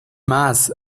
más